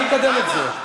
אני אקדם את זה.